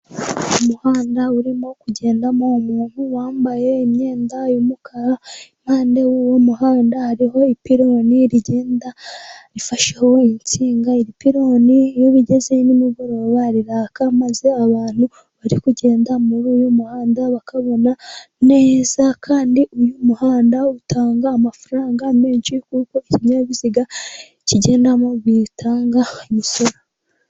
Umuhanda urimo kugendamo umuntu wambaye imyenda yumukara , impande wu'wo muhanda hariho ipironi rigenda rifashe ho insinga, ipironi iyo bigeze ni mugoroba riraka , maze abantu bari kugenda muri uyu muhanda bakabona neza , kandi uyu muhanda utanga amafaranga menshi , kuko ikinyabiziga kigendamo gitanga imisoro.